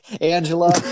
Angela